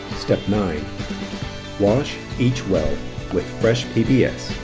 step nine wash each well with fresh pbs.